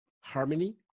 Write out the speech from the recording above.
harmony